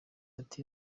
ati